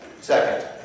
second